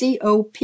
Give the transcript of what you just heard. COP